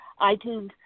iTunes